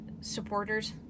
supporters